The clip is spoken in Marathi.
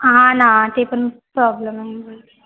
हा ना ते पण प्रॉब्लम